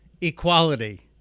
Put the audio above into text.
equality